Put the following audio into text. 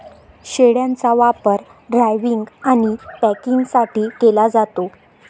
शेळ्यांचा वापर ड्रायव्हिंग आणि पॅकिंगसाठी केला जातो